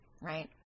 Right